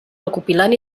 recopilant